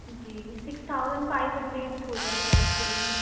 جی six thousand five hundred ہو جائیں گے آپ کے لیے